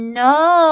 no